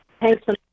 Thanks